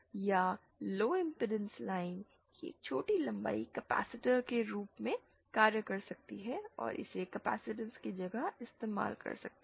या low impedance line की एक छोटी लंबाई कपैसिटर के रूप में कार्य कर सकती है और इसे कैपेसिटेंस की जगह इस्तेमाल कर सकते हैं